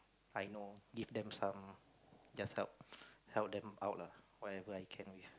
I know give them some just help help them out lah whatever I can with